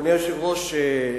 אדוני היושב-ראש,